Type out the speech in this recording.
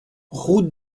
route